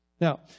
Now